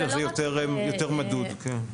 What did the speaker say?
זה יותר מדוד, כן.